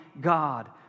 God